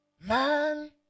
Man